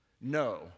No